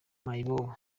mayibobo